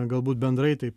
galbūt bendrai taip